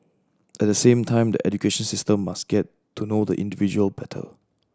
at the same time the education system must get to know the individual better